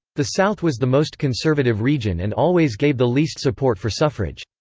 the south was the most conservative region and always gave the least support for suffrage.